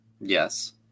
yes